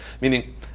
Meaning